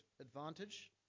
advantage